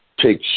take